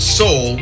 soul